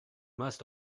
must